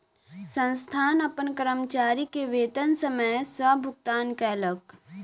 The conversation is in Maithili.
संस्थान अपन कर्मचारी के वेतन समय सॅ भुगतान कयलक